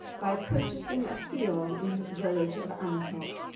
by purchasing a field in his village of anathoth.